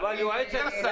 מי השר?